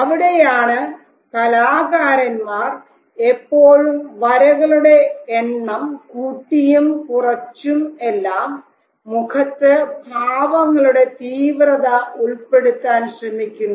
അവിടെയാണ് കലാകാരന്മാർ എപ്പോഴും വരകളുടെ എണ്ണം കൂട്ടിയും കുറച്ചും എല്ലാം മുഖത്ത് ഭാവങ്ങളുടെ തീവ്രത ഉൾപ്പെടുത്താൻ ശ്രമിക്കുന്നത്